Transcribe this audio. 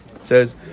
Says